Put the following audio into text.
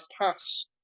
pass